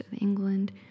England